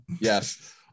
Yes